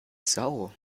sau